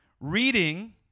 reading